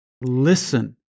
Listen